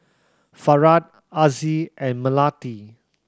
Farah Aziz and Melati